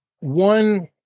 One